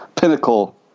pinnacle